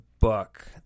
book